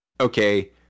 okay